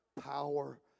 power